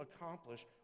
accomplish